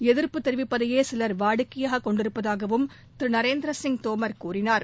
எதிர்ப்பு தெரிவிப்பதையே சிலர் வாடிக்கையாக கொண்டிருப்பதாகவும் திரு நரேந்திர சிங் தோமர் கூறினாார்